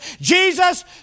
Jesus